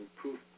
proof